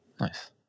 nice